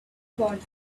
about